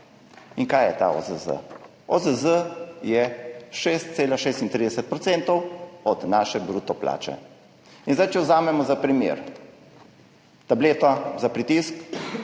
Kaj je ta OZZ? OZZ je 6,36 % od naše bruto plače. Če vzamemo za primer, tableta za pritisk